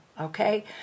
Okay